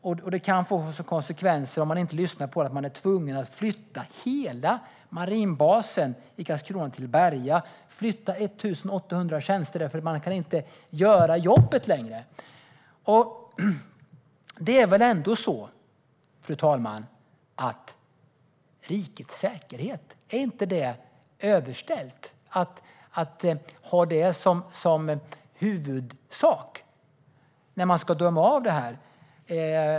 Om regeringen inte lyssnar kan det få konsekvensen att Försvarsmakten är tvungen att flytta hela Marinbasen i Karlskrona till Berga, flytta 1 800 tjänster, för att man inte längre kan göra jobbet. Det är väl ändå så, fru talman, att rikets säkerhet är överställd? Ska man inte ha det som huvudsak när man ska döma av det här?